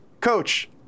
coach